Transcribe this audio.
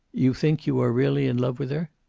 you think you are really in love with her?